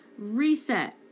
Reset